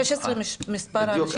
16 מספר האנשים ש --- בדיוק,